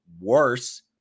worse